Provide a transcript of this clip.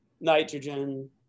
nitrogen